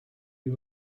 you